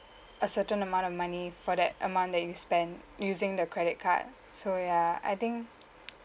a certain amount of money for that amount that you spend using the credit card so ya I think